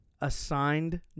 assigned